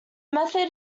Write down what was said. method